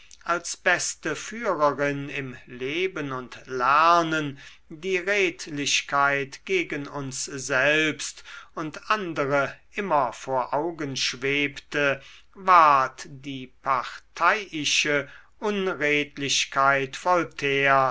als beste führerin im leben und lernen die redlichkeit gegen uns selbst und andere immer vor augen schwebte ward die parteiische unredlichkeit voltaires